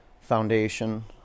foundation